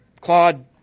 Claude